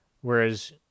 Whereas